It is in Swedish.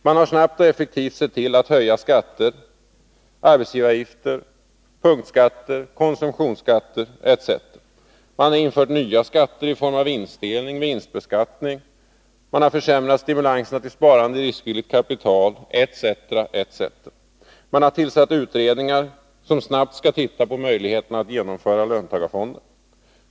Man har snabbt och effektivt sett till att höja skatter, arbetsgivaravgifter, punktskatter, konsumtionsskatter etc. Man har infört nya skatter i form av vinstdelning, vinstbeskattning, försämrade stimulanser till sparande i riskvilligt kapital etc. Man har tillsatt utredningar som snabbt skall titta på möjligheterna att genomföra löntagarfonder.